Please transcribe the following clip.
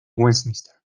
westminster